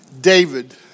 David